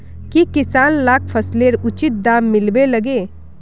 की किसान लाक फसलेर उचित दाम मिलबे लगे?